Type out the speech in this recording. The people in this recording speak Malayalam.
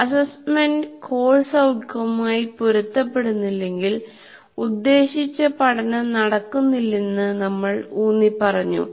അസ്സെസ്സ്മെന്റ് കോഴ്സ് ഔട്ട്കമ്മുമായി പൊരുത്തപ്പെടുന്നില്ലെങ്കിൽ ഉദ്ദേശിച്ച പഠനം നടക്കുന്നില്ലെന്ന് നമ്മൾ ഊന്നിപ്പറഞ്ഞു